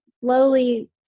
slowly